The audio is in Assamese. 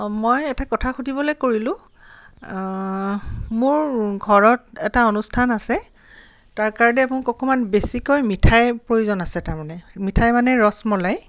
অঁ মই এটা কথা সুধিবলৈ কৰিলোঁ মোৰ ঘৰত এটা অনুষ্ঠান আছে তাৰকাৰণে মোক অকণমান বেছিকৈ মিঠাই প্ৰয়োজন আছে তাৰমানে মিঠাই মানে ৰসমলাই